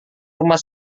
rumah